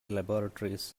laboratories